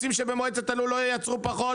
רוצים שבמועדת הלול לא ייצרו פחות?